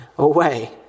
away